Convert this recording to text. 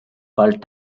called